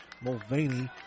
Mulvaney